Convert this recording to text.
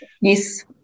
Yes